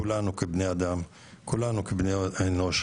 כולנו כבני אדם וכבני אנוש,